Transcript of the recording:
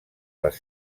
les